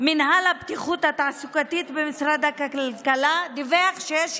מנהל הבטיחות התעסוקתית במשרד הכלכלה דיווח שיש